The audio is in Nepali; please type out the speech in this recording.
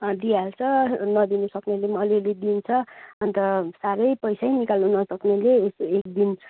दिइहाल्छ नदिनु सक्नेले पनि अलि अलि दिन्छ अन्त साह्रै पैसै निकाल्नु नसक्नेले यसो एकदिन